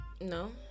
No